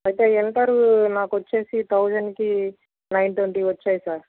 అయితే ఇంటరు నాకొచ్చేసి తౌజెండ్కి నైన్ ట్వంటీ వచ్చాయి సార్